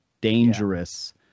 dangerous